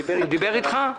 דיבר איתי.